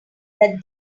that